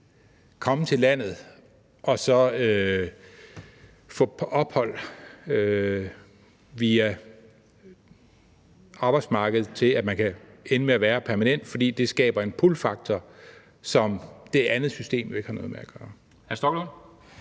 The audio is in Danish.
komme til landet og så få ophold via arbejdsmarkedet til, at man kan ende med at være her permanent, for det skaber en pullfaktor, som det andet system jo ikke har noget med at gøre.